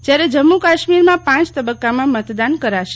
જયારે જમ્મુ કશ્મીરમાં પાંચ તબક્કામાં મતદાન કરાશે